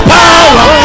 power